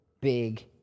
big